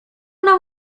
nam